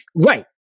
Right